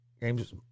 Game's –